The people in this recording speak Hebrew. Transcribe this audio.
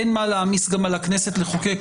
אין גם מה להעמיס על הכנסת לחוקק,